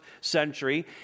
century